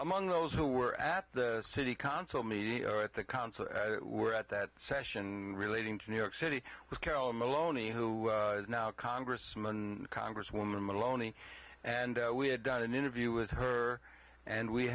among those who were at the city council meeting at the council were at that session relating to new york city with carolyn maloney who is now congressman congresswoman maloney and we had done an interview with her and we